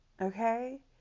Okay